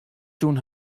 sjoen